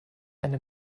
eine